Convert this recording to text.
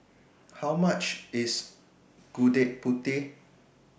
How much IS Gudeg Putih